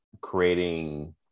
creating